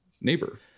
neighbor